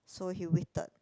so he waited